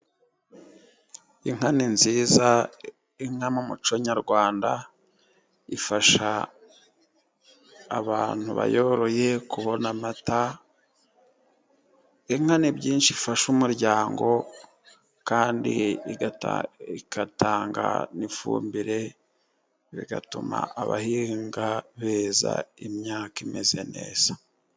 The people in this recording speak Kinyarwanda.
Inka ni nziza. Inka mu muco nyarwanda, ifasha abantu bayoroye kubona amata. Inka ni byinshi ifasha umuryango kandi igakatanga n'ifumbire, bigatuma abahinga beza imyaka imeze neza.